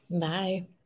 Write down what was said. Bye